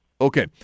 Okay